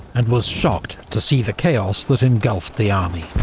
and was shocked to see the chaos that engulfed the army.